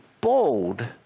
bold